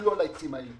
תסתכלו על העצים האלה.